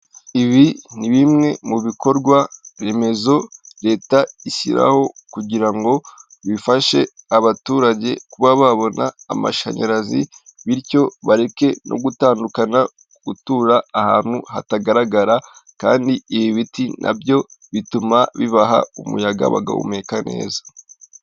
Ibi ni bimwe mu bikorwa remezo leta ishyiraho kugira ngo bifashe abaturage kuba babona amashanyarazi bityo bareke no gutandukana gutura ahantu hatagaragara kandi ibi biti na byo bituma bibaha umuyaga, bagahumeka neza.